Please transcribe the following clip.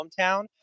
hometown